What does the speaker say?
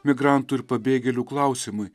migrantų ir pabėgėlių klausimui